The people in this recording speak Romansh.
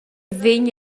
vegn